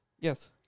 Yes